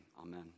amen